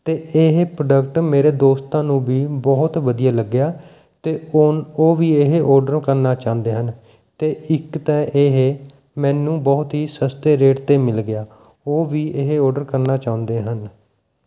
ਅਤੇ ਇਹ ਪ੍ਰੋਡਕਟ ਮੇਰੇ ਦੋਸਤਾਂ ਨੂੰ ਵੀ ਬਹੁਤ ਵਧੀਆ ਲੱਗਿਆ ਅਤੇ ਉਹ ਉਹ ਵੀ ਇਹ ਓਡਰ ਕਰਨਾ ਚਾਹੁੰਦੇ ਹਨ ਅਤੇ ਇੱਕ ਤਾਂ ਇਹ ਮੈਨੂੰ ਬਹੁਤ ਹੀ ਸਸਤੇ ਰੇਟ 'ਤੇ ਮਿਲ ਗਿਆ ਉਹ ਵੀ ਇਹ ਓਡਰ ਕਰਨਾ ਚਾਹੁੰਦੇ ਹਨ